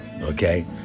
Okay